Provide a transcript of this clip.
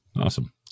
Awesome